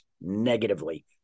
negatively